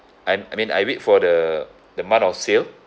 I'm I mean I wait for the the month of sale